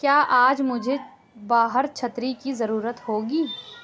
کیا آج مجھے باہر چھتری کی ضرورت ہوگی